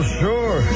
sure